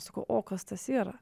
sakau o kas tas yra